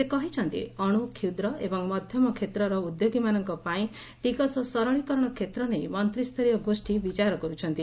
ସେ କହିଛନ୍ତି ଅଣୁ କ୍ଷୁଦ୍ର ଏବଂ ମଧ୍ୟମ କ୍ଷେତ୍ରର ଉଦ୍ୟୋଗୀମାନଙ୍କ ପାଇଁ ଟିକସ ସରଳୀକରଣ କ୍ଷେତ୍ର ନେଇ ମନ୍ତ୍ରୀୟ ଗୋଷ୍ଠୀ ବିଚାର କରୁଛନ୍ତି